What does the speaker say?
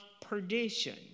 perdition